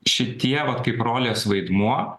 šitie vat kaip rolės vaidmuo